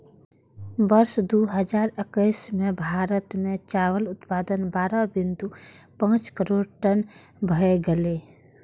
वर्ष दू हजार एक्कैस मे भारत मे चावल उत्पादन बारह बिंदु पांच करोड़ टन भए गेलै